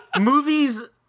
Movies